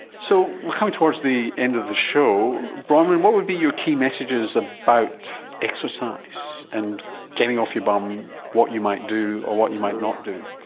so so towards the end of the show. bronwyn, what would be your key messages about exercise and getting off your bum, what you might do or what you might not do?